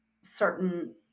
certain